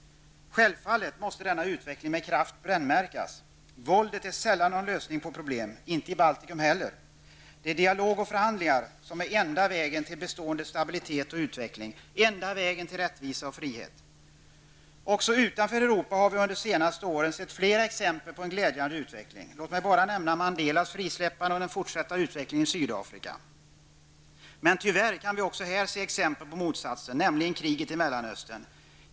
Självfallet måste denna utveckling med kraft brännmärkas. Våldet är sällan någon lösning på uppkomna problem, och det gäller även Baltikum. En dialog och förhandlingar är den enda vägen när det gäller att åstadkomma bestående stabilitet och utveckling, den enda vägen när det gäller att åstadkomma rättvisa och frihet. Också utanför Europa har vi under de senaste åren sett flera exempel på en glädjande utveckling. Det räcker med att nämna Mandelas frisläppande och den fortsatta utvecklingen i Sydafrika. Tyvärr kan vi också här se exempel på motsatsen, nämligen kriget i Mellanöstern.